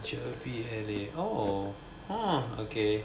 jothi orh orh okay